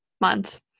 month